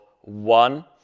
one